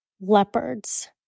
leopards